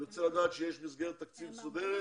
אני רוצה לדעת שיש מסגרת תקציב מסודרת.